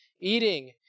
eating